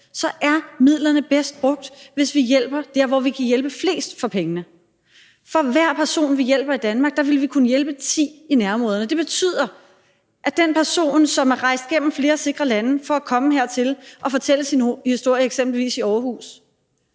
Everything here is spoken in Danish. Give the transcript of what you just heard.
så er midlerne bedst brugt, hvis vi hjælper der, hvor vi kan hjælpe flest for pengene. For hver person vi hjælper i Danmark, ville vi kunne hjælpe ti i nærområderne. Det betyder, at omkostningen for at hjælpe den person, som er rejst gennem flere sikre lande for at komme hertil og fortælle sin historie eksempelvis i Aarhus,